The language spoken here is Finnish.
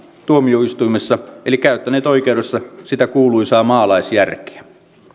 tuomioistuimessa eli käyttäneet oikeudessa sitä kuuluisaa maalaisjärkeä